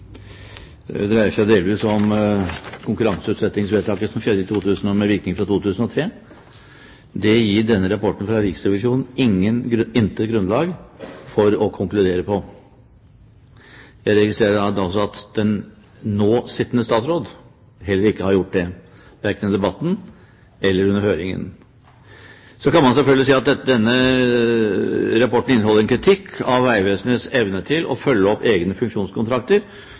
debatten dreier seg delvis om det konkurranseutsettingsvedtaket som skjedde med virkning fra 2003. Det gir denne rapporten fra Riksrevisjonen intet grunnlag for å konkludere på. Jeg registrerer også at den sittende statsråd heller ikke har gjort det, verken i debatten eller under høringen. Så kan man selvfølgelig si at denne rapporten inneholder en kritikk av Vegvesenets evne til å følge opp egne funksjonskontrakter,